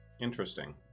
Interesting